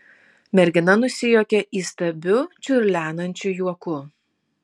mergina nusijuokė įstabiu čiurlenančiu juoku